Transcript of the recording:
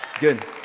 Good